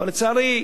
אבל, לצערי,